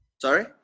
Sorry